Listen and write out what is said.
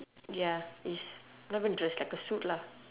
ya is not even a dress like a suit lah